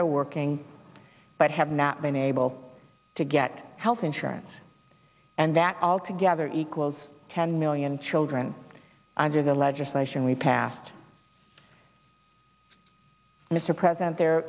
are working but have not been able to get health insurance and that all together equals ten million children under the legislation we passed mr president there